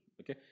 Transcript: okay